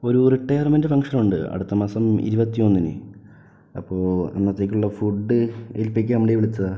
ഒരു retirement function ഉണ്ട് അടുത്ത മാസം ഇരുപത്തിയൊന്നിന് അപ്പോൾ അന്നത്തേക്കുള്ള ഫുഡ് ഏൽപ്പിക്കാൻ വേണ്ടി വിളിച്ചതാണ്